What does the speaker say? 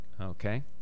Okay